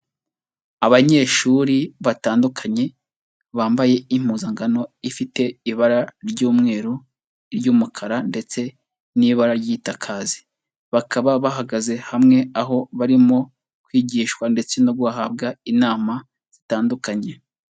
Abanyeshuri batandukanye bambaye impuzangano ifite ibara ry'umweru, iry'umukara, ndetse n'ibara ry'igitakazi, bakaba bahagaze hamwe aho barimo kwigishwa ndetse no guhabwa inama zitandukanye.